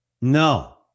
No